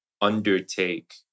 undertake